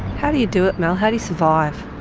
how do you do it, mel? how do you survive?